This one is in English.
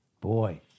Boy